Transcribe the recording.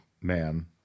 Man